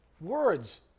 words